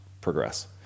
progress